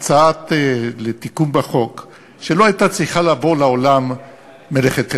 הצעה לתיקון בחוק שלא הייתה צריכה לבוא לעולם מלכתחילה.